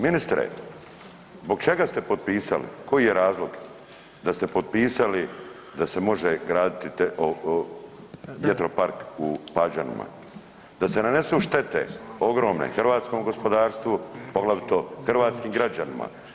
Ministre zbog čega ste potpisali, koji je razlog da ste potpisali da se može graditi vjetropark u Pađanima da se nanesu štete ogromne hrvatskom gospodarstvu poglavito hrvatskim građanima.